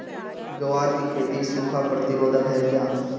ग्वार की खेती सूखा प्रतीरोधक है क्या?